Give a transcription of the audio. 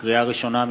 לקריאה ראשונה,